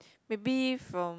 maybe from